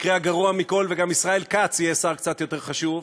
יקרה הגרוע מכול וגם ישראל כץ יהיה שר קצת יותר חשוב.